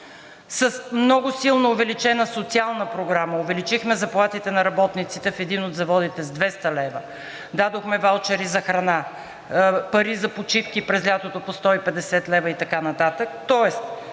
с много силно увеличена социална програма – увеличихме заплатите на работниците, в един от заводите с 200 лв., дадохме ваучери за храна, пари за почивки през лятото по 150 лв. и така нататък,